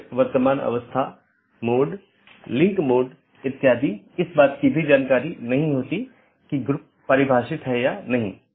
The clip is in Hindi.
4 जीवित रखें मेसेज यह निर्धारित करता है कि क्या सहकर्मी उपलब्ध हैं या नहीं